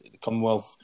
Commonwealth